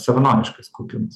savanoriškas kaupimas